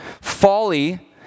Folly